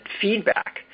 feedback